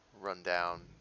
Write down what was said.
rundown